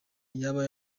yaba